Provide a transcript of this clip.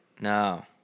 No